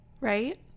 right